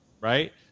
Right